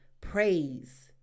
Praise